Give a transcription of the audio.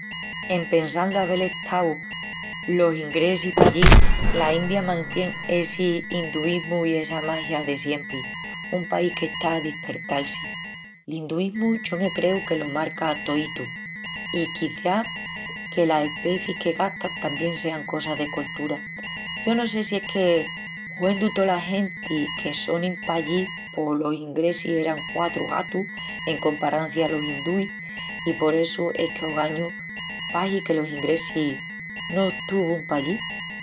En pesal d'avel estau los ingresis pallí, la India mantién essi induismu i essa magia de siempri. Un país qu’está a dispertal-si. L'induismu yo me creu que lo marca toítu i quiciás que las especis que gastan tamién sean cosa de coltura. Yo no sé si es que huendu tola genti que sonin pallí pos los ingresis eran quatru gatus en comparancia alos indúis i por essu es que ogañu pahi que los ingresis no estuvun pallí.